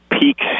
Peak